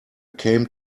came